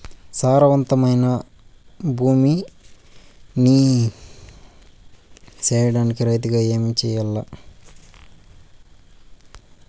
సారవంతమైన భూమి నీ సేయడానికి రైతుగా ఏమి చెయల్ల?